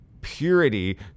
purity